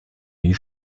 die